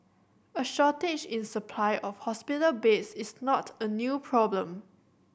a shortage in supply of hospital beds is not a new problem